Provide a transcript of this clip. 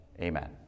Amen